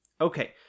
Okay